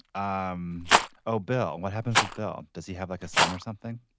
um oh bill. what happens with bill. does he have like a son or something